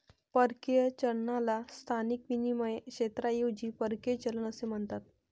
परकीय चलनाला स्थानिक विनिमय क्षेत्राऐवजी परकीय चलन असे म्हणतात